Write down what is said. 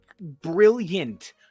brilliant